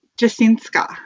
Jasinska